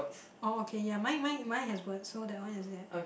oh okay ya mine mine mine has words so that one is it